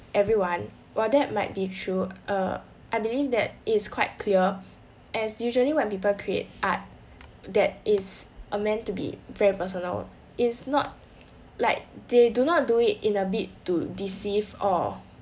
everyone while that might be true err I believe that is quite clear as usually when people create art that is are meant to be very personal it's not like they do not do it in a bid to deceive or